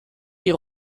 die